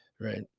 Right